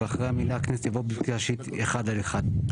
ואחרי המילה 'הכנסת' יבוא 'אישית אחד על אחד'.